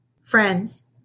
friends